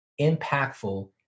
impactful